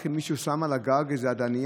אם מישהו רק שם על הגג איזה אדנית,